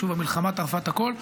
המלחמה טרפה את הכול.